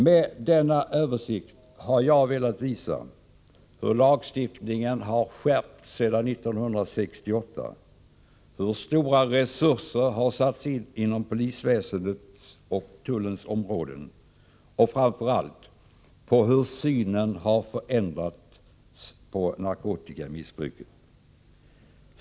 Med denna översikt har jag velat visa hur lagstiftningen har skärpts sedan 1968, hur stora resurser har insatts inom polisväsendets och tullens område och, framför allt, hur synen på narkotikamissbruket har förändrats.